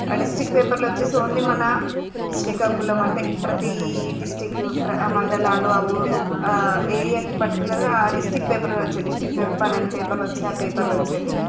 ఆ డిస్ట్రిక్ట్ పేపర్లో వచ్చేసి ఓన్లీ మన శ్రీకాకుళం అంటే ప్రతి డిస్టిక్ మండలాలు ఆ ఊరు ఆ ఏరియాకి పర్టికులర్గా ఆ డిస్టిక్ పేపర్ అని వచ్చేటివి డిస్టిక్ పేపర్ అని పన్నెండు పేపర్లు వచ్చేటివి ఆ ఆ పేపర్లు వచ్చేసి